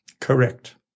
Correct